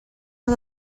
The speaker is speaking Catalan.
els